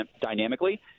dynamically